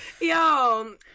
Yo